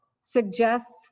suggests